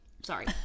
sorry